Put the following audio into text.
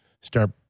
start